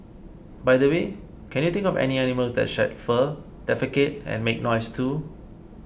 by the way can you think of any animals that shed fur defecate and make noise too